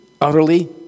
utterly